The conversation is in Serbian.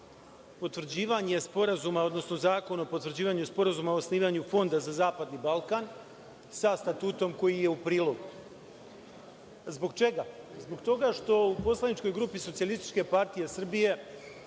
potvrđivanje sporazuma, odnosno Zakon o potvrđivanju sporazuma o osnivanju Fonda za zapadni Balkan, sa statutom koji je u prilogu. Zbog čega? Zbog toga što u poslaničkoj grupi SPS je zauzet stav da je